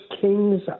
Kings